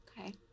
Okay